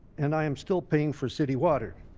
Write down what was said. and i am still paying for city water.